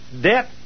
debt